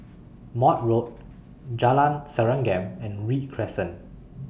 Maude Road Jalan Serengam and Read Crescent